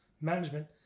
management